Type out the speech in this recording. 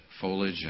foliage